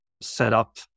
setup